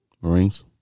Marines